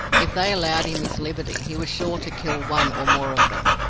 if they allowed him his liberty, he was sure to kill one or more of them.